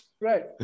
Right